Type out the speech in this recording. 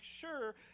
sure